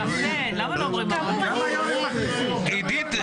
10:35) עידית,